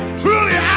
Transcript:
truly